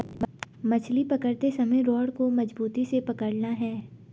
मछली पकड़ते समय रॉड को मजबूती से पकड़ना है